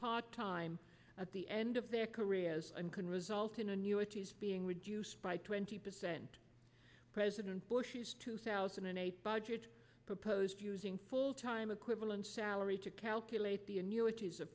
part time at the end of their careers and can result in annuity is being reduced by twenty percent president bush's two thousand and eight budget proposed using full time equivalent salary to calculate the annuities a